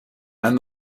and